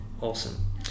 Awesome